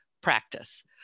practice